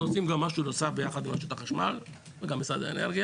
אנחנו עושים גם משהו נוסף ביחד עם רשות החשמל וגם עם משרד האנרגיה,